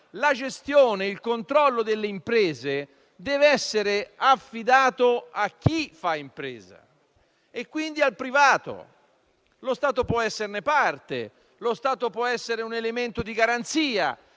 la gestione e il controllo delle imprese devono essere affidati a chi fa impresa, quindi al privato. Lo Stato può esserne parte; può essere un elemento di garanzia,